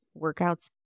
workouts